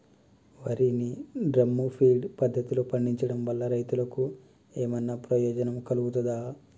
వరి ని drum feed పద్ధతిలో పండించడం వల్ల రైతులకు ఏమన్నా ప్రయోజనం కలుగుతదా?